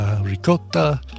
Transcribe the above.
ricotta